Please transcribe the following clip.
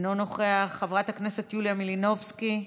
אינו נוכח, חברת הכנסת יוליה מלינובסקי,